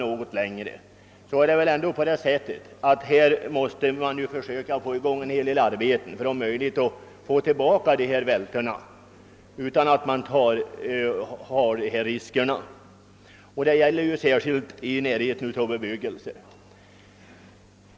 Det torde vara nödvändigt att försöka få i gång arbetena på att om möjligt lägga tillbaka de rotvältor, som uppkommit, för att eliminera härmed förenade risker. Detta gäller särskilt i närheten av bebyggelse.